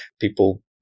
people –